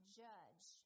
judge